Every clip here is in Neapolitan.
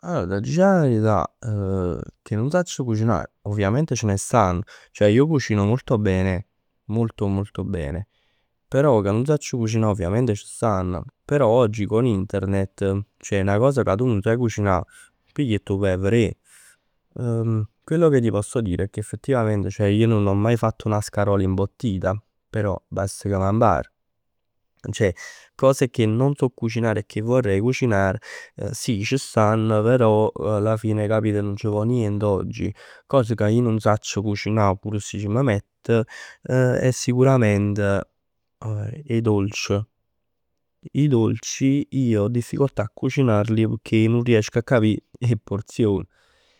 Allor t'aggia dicere 'a verità, che nun sacc cucinà, ovviamente ce ne stann. Ceh ij cucino molto bene, molto molto bene. Però che nun sacc cucinà, ovviamente ce ne stann. Però oggi con internet, ceh 'na cosa ca tu nun saje cucinà 'o pigl e t' 'o vaje a verè. Quello che ti posso dire è che effettivamente io non ho mai fatto una scarola imbottita, però bast che m' 'a mpar. Ceh cose che non so cucinare e che vorrei cucinare sì c' stann, però alla fine 'e capit, nun c' vò nient oggi. Cose che ij nun sacc cucinà pur si m' mett, è sicurament 'e dolc. I dolci io ho difficoltà a cucinarli pecchè nun riesc a capì 'e porzion.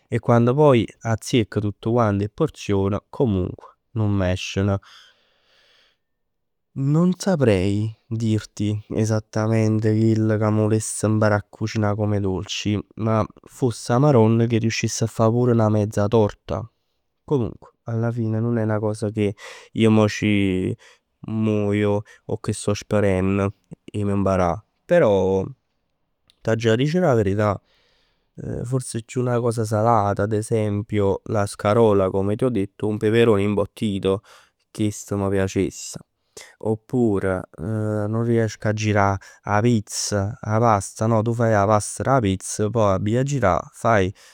E quando poi azzecc tutt quant 'e porzion comunque nun m'escen. Non saprei dirti esattamente chell ca m' vuless imparà a cucinà come dolci, ma foss 'a Maronn che riuscess a fa pur 'na mezza torta. Comunque alla fine nun è 'na cosa che io mo ci muoio o che sto sperenn 'e m' imparà. Però t'aggia dicere 'a verità, forse chiù 'na cosa salata ad esempio. La scarola come ti ho detto o un peperone imbottito. Chest m' piacess. Oppure nun riesco a girà 'a pizza. 'a pasta no? Tu faje 'a pasta d' 'a pizza, pò 'a girà, faje